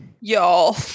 y'all